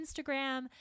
Instagram